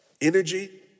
energy